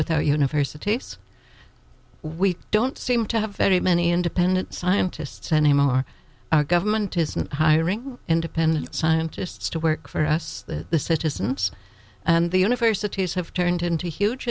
a university we don't seem to have very many independent scientists and him our government isn't hiring independent scientists to work for us the citizens and the universities have turned into huge